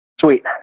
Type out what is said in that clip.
Sweet